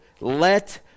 let